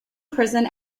prison